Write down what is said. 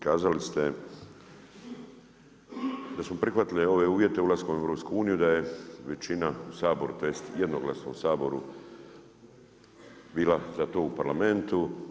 Kolega kazali ste da smo prihvatili ove uvijete ulaskom u EU i da je većina u saboru, tj. jednoglasno u Saboru bila za to u Parlamentu.